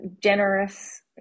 generous